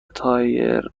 تایر